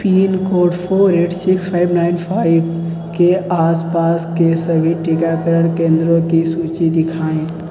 pin code four eight six five nine five के आसपास के सभी टीकाकरण केंद्रों की सूची दिखाएँ